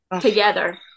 together